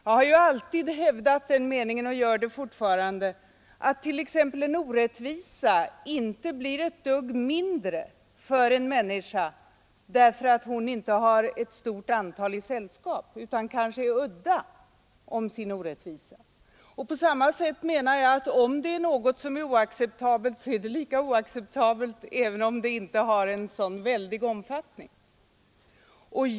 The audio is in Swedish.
Jag har alltid hävdat den meningen och gör det fortfarande att t.ex. en orättvisa inte blir ett dugg mindre för en människa därför att hon inte har ett stort antal i sällskap utan kanske är udda när det gäller denna orättvisa. På samma sätt menar jag att om det är någonting som är oacceptabelt, så är det lika oacceptabelt även om det inte har en väldig omfattning.